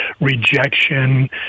rejection